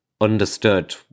understood